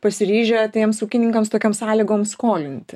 pasiryžę tiems ūkininkams tokiom sąlygom skolinti